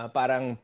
parang